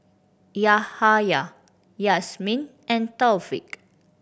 Yahaya Yasmin and Taufik